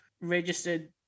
registered